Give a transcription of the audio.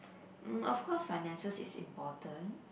mm of course finances is important